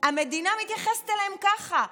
המדינה מתייחסת אליהם ככה?